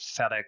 FedEx